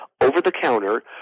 over-the-counter